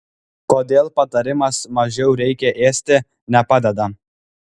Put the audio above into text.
kodėl patarimas mažiau reikia ėsti nepadeda